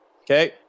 Okay